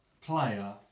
player